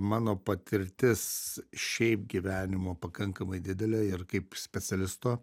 mano patirtis šiaip gyvenimo pakankamai didelė ir kaip specialisto